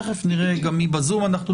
אני רוצה